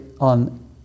on